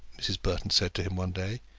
mrs. burton said to him one day.